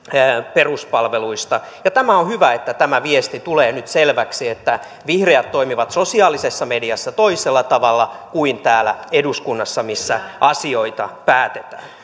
peruspalveluista ja on hyvä että tämä viesti tulee nyt selväksi että vihreät toimivat sosiaalisessa mediassa toisella tavalla kuin täällä eduskunnassa missä asioita päätetään